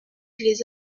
les